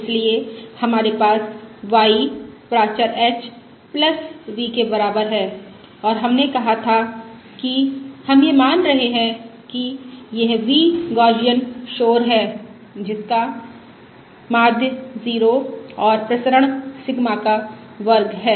इसलिए हमारे पास y प्राचर h v के बराबर है और हमने कहा था कि हम यह मान रहे हैं कि यह v गौसियन शोर है जिसका माध्य 0 और प्रसरण सिग्मा का वर्ग है